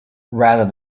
rather